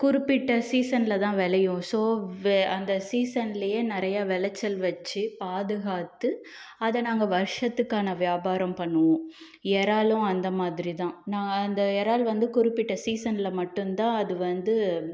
குறிப்பிட்ட சீசன்ல தான் விளையும் ஸோ வெ அந்த சீசன்லையே நிறையா விளைச்சல் வச்சு பாதுகாத்து அதை நாங்கள் வருஷத்துக்கான வியாபாரம் பண்ணுவோம் இறாலும் அந்த மாதிரிதான் நான் இந்த இறால் வந்து குறிப்பிட்ட சீசன்ல மட்டுந்தான் அது வந்து